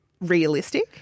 realistic